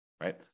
right